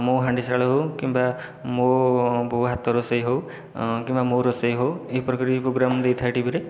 ମୋ' ହାଣ୍ଡିଶାଳ ହେଉ କିମ୍ବା ମୋ' ବୋଉ ହାତ ରୋଷେଇ ହେଉ କିମ୍ବା ମୋ' ରୋଷେଇ ହେଉ ଏହି ପ୍ରକାର ଏହି ପ୍ରୋଗ୍ରାମ୍ ଦେଇଥାଏ ଟିଭିରେ